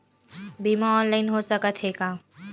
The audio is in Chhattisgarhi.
बीमा ऑनलाइन हो सकत हे का?